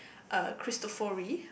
uh Cristofori